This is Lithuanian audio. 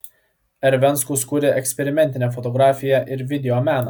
r venckus kuria eksperimentinę fotografiją ir videomeną